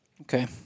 okay